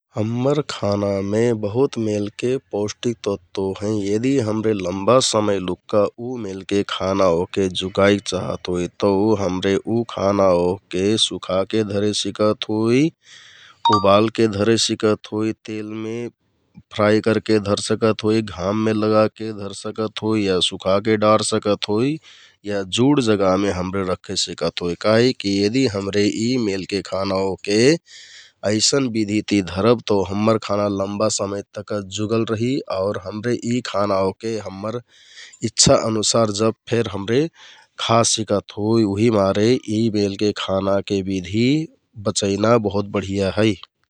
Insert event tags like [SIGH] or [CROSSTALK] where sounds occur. हम्मर खानामे बहुत मेलके पौष्टिक तत्व हैं यदि हमरे लम्बा समय लुक्का उ मेलके खाना ओहके जुगाइक चाहत होइ तौ हमरे उ खाना ओहके सुखाके धरे सिकत होइ । उबालके धरे सिकत होइ, कुइ तेलमे फ्राइ करके धरे सिकत होइ, घाममे लगाके धरसिकत होइ या सुखाके डार सिकत होइ या जुड जगामे हमरे राखे सिकत होइ । काहिकि यदि हमरे यि मेलके खाना ओहके अइसन बिधिति धरब तौ हम्मर खाना लम्बा समय तक्का जुगल रिहि आउर हमरे यि खाना ओहके हम्मर [NOISE] इच्छा अनुसार जब फेर हमरे खा सिकत होइ । उहिमारे यि मेलके खानाके बिधि बचैना बहुत बढिया है ।